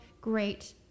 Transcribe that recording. great